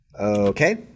Okay